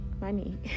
money